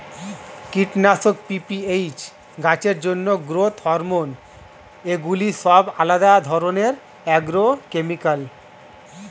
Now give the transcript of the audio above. কীটনাশক, পি.পি.এইচ, গাছের জন্য গ্রোথ হরমোন এগুলি সব আলাদা ধরণের অ্যাগ্রোকেমিক্যাল